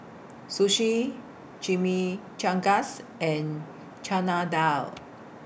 Sushi Chimichangas and Chana Dal